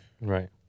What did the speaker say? Right